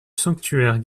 sanctuaire